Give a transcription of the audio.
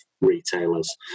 retailers